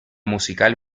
musical